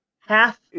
Half